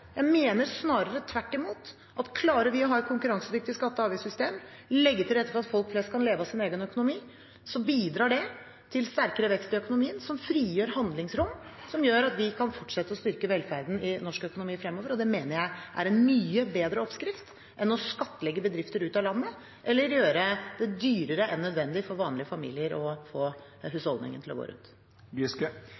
Jeg mener snarere tvert imot at klarer vi å ha et konkurransedyktig skatte- og avgiftssystem og å legge til rette for at folk flest kan leve av sin egen økonomi, bidrar det til sterkere vekst i økonomien, som frigjør handlingsrom som gjør at vi kan fortsette å styrke velferden i norsk økonomi fremover. Det mener jeg er en mye bedre oppskrift enn å skattlegge bedrifter ut av landet eller gjøre det dyrere enn nødvendig for vanlige familier å få